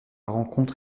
rencontre